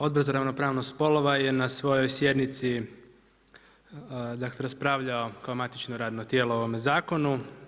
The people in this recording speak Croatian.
Odbor za ravnopravnost spolova je na svojoj sjednici dakle raspravljao kao matično radno tijelo ovome zakonu.